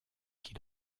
qui